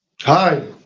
Hi